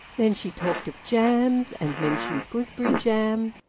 then she talked of jams, and mentioned gooseberry-jam,